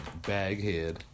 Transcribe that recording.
Baghead